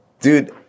dude